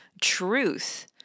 truth